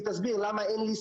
להגיש את